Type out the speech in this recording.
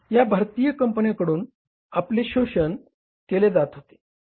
या भारतीय कंपन्यांकडून आपले शोषण केले जात होते